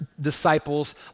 disciples